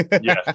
Yes